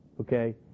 okay